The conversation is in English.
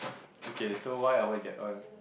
okay so why I want get one